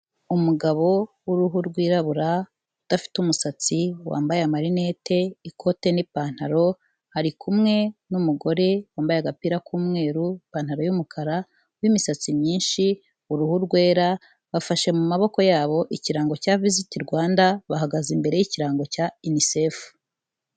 Umugabo w'uruhu rwirabura, udafite umusatsi, wambaye amarinete, ikote n'ipantaro, ari kumwe n'umugore wambaye agapira k'umweru, ipantaro y'umukara w'imisatsi myinshi, uruhu rwera, bafashe mu maboko yabo ikirango cya viziti Rwanda, bahagaze imbere y'ikirango cya Unicef.